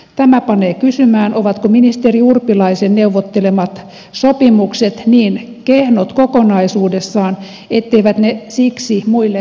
tämä panee kysymään ovatko ministeri urpilaisen neuvottelemat sopimukset niin kehnot kokonaisuudessaan etteivät ne siksi muille maille kelpaa